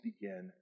begin